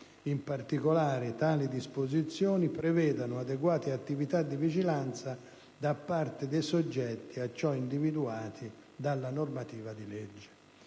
In particolare, tali disposizioni prevedono adeguate attività di vigilanza da parte dei soggetti a ciò individuati dalla normativa di legge.